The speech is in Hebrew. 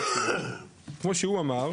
כמו שהוא אמר,